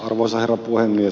arvoisa herra puhemies